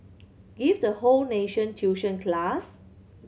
give the whole nation tuition class